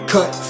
Cut